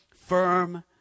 firm